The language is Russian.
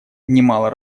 немало